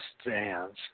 stands